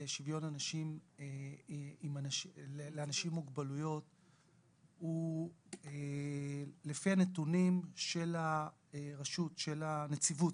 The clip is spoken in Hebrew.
מהנציבות, לפי הנתונים של הנציבות,